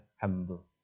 humble